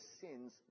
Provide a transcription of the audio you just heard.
sins